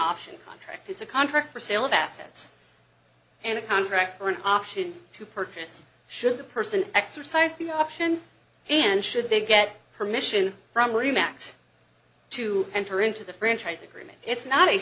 option contract it's a contract for sale of assets and a contract or an option to purchase should the person exercise the option and should they get permission from remax to enter into the franchise agreement it's not a